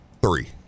Three